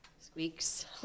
Squeaks